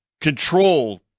control